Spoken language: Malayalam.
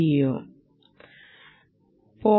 0